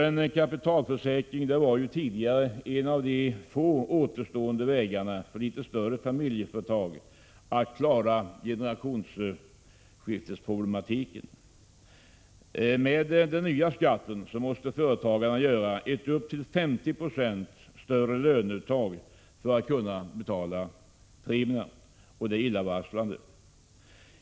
En kapitalförsäkring var tidigare en av de få återstående vägarna för litet större familjeföretag att klara generationsskiftesproblematiken. Med den nya skatten måste företagarna göra ett upp till 50 70 större löneuttag för att kunna betala premierna. Det är illavarslande.